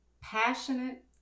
passionate